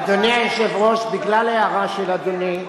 אדוני היושב-ראש, בגלל ההערה של אדוני,